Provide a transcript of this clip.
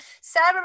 Sarah